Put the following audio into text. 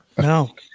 No